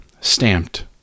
Stamped